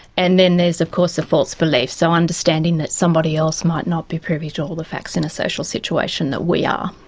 and then there is of course a false belief, so understanding that somebody else might not be privy to all the facts in a social situation that we are.